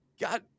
God